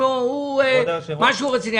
הוא משהו רציני.